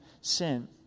sin